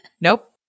Nope